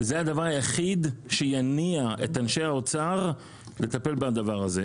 זה הדבר היחיד שיניע את אנשי האוצר לטפל בדבר הזה.